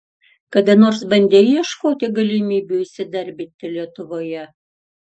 kada nors bandei ieškoti galimybių įsidarbinti lietuvoje